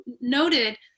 noted